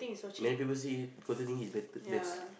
many people see is better best